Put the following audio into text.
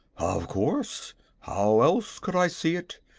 of course how else could i see it?